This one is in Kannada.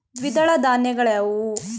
ದ್ವಿದಳ ಧಾನ್ಯಗಳಾವುವು?